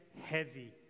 heavy